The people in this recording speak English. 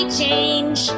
change